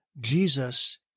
Jesus